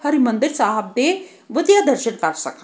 ਹਰਿਮੰਦਰ ਸਾਹਿਬ ਦੇ ਵਧੀਆ ਦਰਸ਼ਨ ਕਰ ਸਕਣ